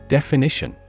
Definition